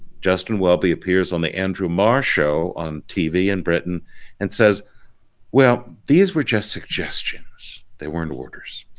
justin welby appears on the andrew marr show on tv in britain and says well these were just suggestions they weren't orders.